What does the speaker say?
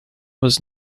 was